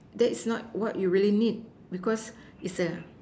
that is not what you really need because is a